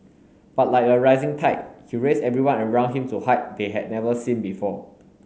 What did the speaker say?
but like a rising tide he raised everyone around him to height they had never seen before